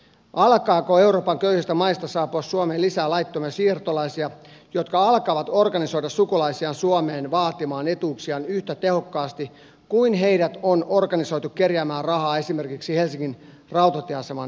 alkaako euroopan köyhistä maista saapua suomeen lisää laittomia siirtolaisia jotka alkavat organisoida sukulaisiaan suomeen vaatimaan etuuksiaan yhtä tehokkaasti kuin heidät on organisoitu kerjäämään rahaa esimerkiksi helsingin rautatieaseman edessä